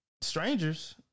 strangers